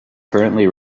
currently